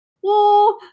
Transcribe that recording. Whoa